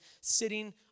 sitting